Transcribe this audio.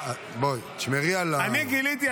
תשמרי על --- גיליתי,